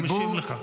הוא משיב לך.